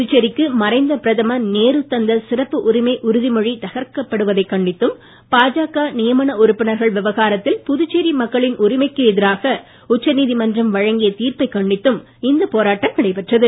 புதுச்சேரிக்கு மறைந்த பிரதமர் நேரு தந்த சிறப்பு உரிமை உறுதிமொழி தகர்க்கப்படுவதை கண்டித்தும் பாஜக நியமன உறுப்பினர்கள் விவகாரத்தில் புதுச்சேரி மக்களின் உரிமைக்கு எதிராக உச்சநீதிமன்றம் வழங்கி தீர்ப்பை கண்டித்தும் இந்த போராட்டம் நடைபெற்றது